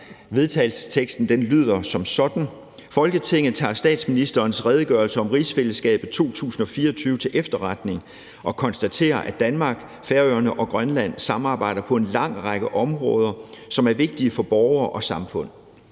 vedtagelse »Folketinget tager statsministerens redegørelse om rigsfællesskabet 2024 til efterretning og konstaterer, at Danmark, Færøerne og Grønland samarbejder på en lang række områder, som er vigtige for borgere og samfund.